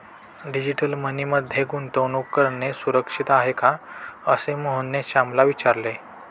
digital money मध्ये गुंतवणूक करणे सुरक्षित आहे का, असे मोहनने श्यामला विचारले